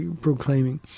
proclaiming